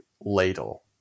ladle